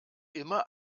immer